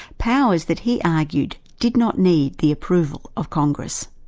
powers that he argued did not need the approval of congress.